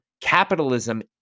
Capitalism